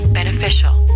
beneficial